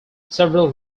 several